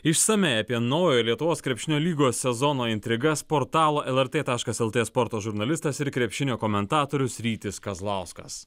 išsamiai apie naują lietuvos krepšinio lygos sezono intrigas portalo lrt taškas lt sporto žurnalistas ir krepšinio komentatorius rytis kazlauskas